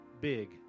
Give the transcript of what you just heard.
big